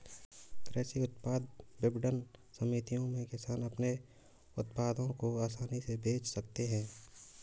कृषि उत्पाद विपणन समितियों में किसान अपने उत्पादों को आसानी से बेच सकते हैं